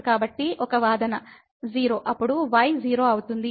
కాబట్టి ఒక వాదన 0 అప్పుడు y0 అవుతుంది